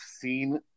seen